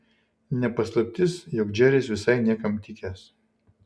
ne paslaptis jog džeris visai niekam tikęs